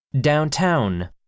Downtown